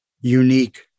unique